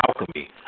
alchemy